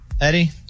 Eddie